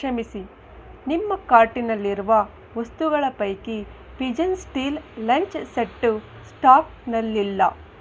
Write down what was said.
ಕ್ಷಮಿಸಿ ನಿಮ್ಮ ಕಾರ್ಟಿನಲ್ಲಿರುವ ವಸ್ತುಗಳ ಪೈಕಿ ಪಿಜನ್ ಸ್ಟೀಲ್ ಲಂಚ್ ಸೆಟ್ಟು ಸ್ಟಾಕ್ನಲ್ಲಿಲ್ಲ